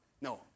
No